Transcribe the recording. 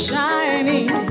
Shining